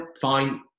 Fine